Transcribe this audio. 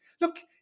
look